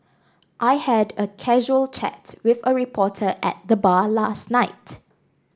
I had a casual chat with a reporter at the bar last night